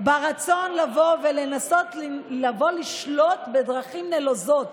ברצון לבוא לשלוט בדרכים נלוזות